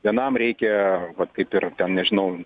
vienam reikia vat kaip ir ten nežinau